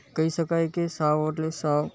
કહી શકાય કે સાવ એટલે સાવ